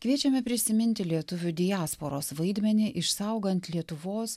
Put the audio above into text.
kviečiame prisiminti lietuvių diasporos vaidmenį išsaugant lietuvos